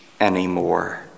anymore